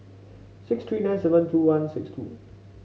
six three nine seven two one six two